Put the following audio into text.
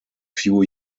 few